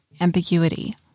ambiguity